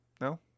No